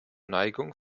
neigung